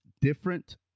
different